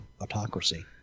autocracy